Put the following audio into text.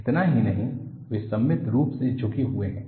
इतना ही नहीं वे सममित रूप से झुके हुए हैं